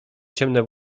ciemne